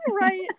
Right